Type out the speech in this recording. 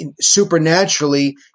supernaturally